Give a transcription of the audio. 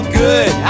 good